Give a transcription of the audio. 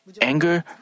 anger